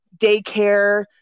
daycare